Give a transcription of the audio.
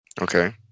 Okay